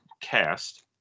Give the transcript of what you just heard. cast